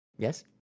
Yes